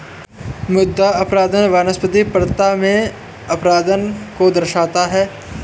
मृदा अपरदन वनस्पतिक परत में अपरदन को दर्शाता है